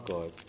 God